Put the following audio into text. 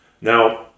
Now